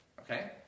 Okay